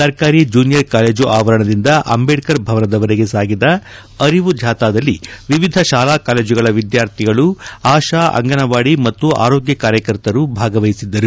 ಸರ್ಕಾರಿ junior college ಆವರಣದಿಂದ ಅಂಬೇಡ್ಕರ್ ಭವನದವರೆಗೆ ಸಾಗಿದ ಅರಿವು ಜಾಥಾದಲ್ಲಿ ವಿವಿಧ ಶಾಲಾ ಕಾಲೇಜುಗಳ ವಿದ್ಯಾರ್ಥಿಗಳು ಆಶಾ ಅಂಗನವಾಡಿ ಮತ್ತು ಆರೋಗ್ಯ ಕಾರ್ಯಕರ್ತರು ಭಾಗವಹಿಸಿದ್ದರು